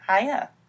Hiya